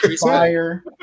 fire